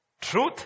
truth